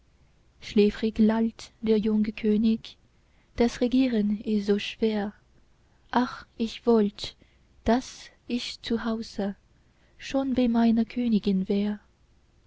schläfrig lallt der junge könig das regieren ist so schwer ach ich wollt daß ich zu hause schon bei meiner kön'gin wär